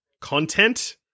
content